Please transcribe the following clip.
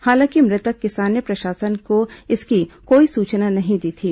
हालांकि मृतक किसान ने प्रशासन को इसकी कोई सूचना नहीं दी थी